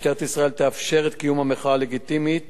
משטרת ישראל תאפשר את קיום המחאה הלגיטימית